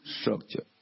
structure